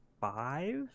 five